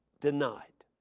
denied.